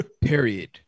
Period